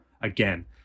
again